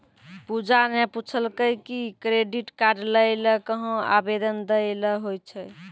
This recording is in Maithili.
पूजा ने पूछलकै कि क्रेडिट कार्ड लै ल कहां आवेदन दै ल होय छै